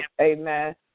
amen